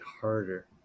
harder